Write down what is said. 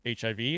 HIV